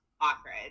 Awkward